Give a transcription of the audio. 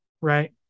Right